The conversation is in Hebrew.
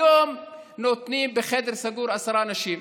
היום בחדר סגור יכולים להיות עשרה אנשים.